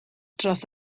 dros